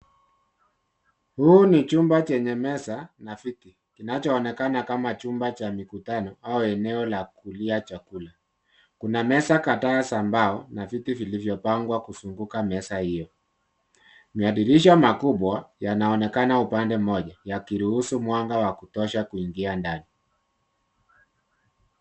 Hiki ni chumba chenye meza na viti kinachoonekana kama chumba cha mikutano au eneo la kulia chakula. Kuna meza kadhaa za mbao na viti vilivyopangwa kuzunguka meza hio. Madirisha makubwa yanaonekanana upande mmoja yakiruhusu mwanga wa kutosha kuingia ndani.